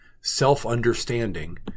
self-understanding